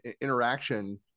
interaction